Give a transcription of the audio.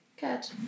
Good